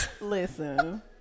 Listen